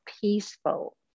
peaceful